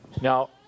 Now